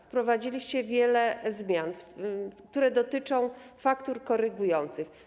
Wprowadziliście wiele zmian, które dotyczą faktur korygujących.